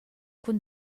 cun